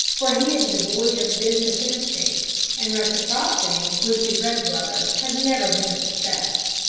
for he is devoid of business instincts, and reciprocity with the red brother has never been a success.